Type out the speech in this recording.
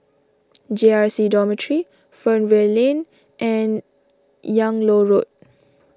J R C Dormitory Fernvale Lane and Yung Loh Road